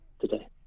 today